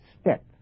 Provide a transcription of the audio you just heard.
step